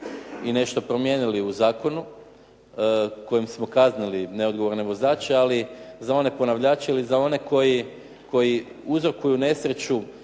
i nešto promijenili u zakonu, kojim smo kaznili neodgovorne vozače. Ali za one ponavljače ili za one koji uzrokuju nesreću,